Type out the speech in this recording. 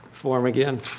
form again?